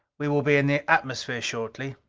we will be in the atmosphere shortly.